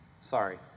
Sorry